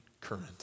current